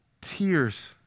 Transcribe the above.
Tears